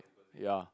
ya